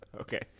Okay